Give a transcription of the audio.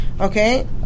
okay